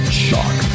shock